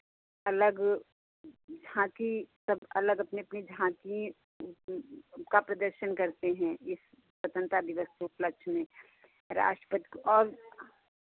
अलग झाँकी सब अलग अपनी अपनी झाँकी उनका प्रदर्शन करते हैं इस स्वतन्त्रता दिवस के उपलक्ष्य में राष्ट्रपति को और